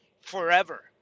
forever